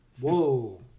Whoa